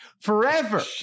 forever